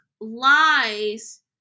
lies